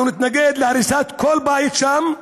אנחנו נתנגד להריסת כל בית שם,